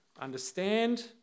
Understand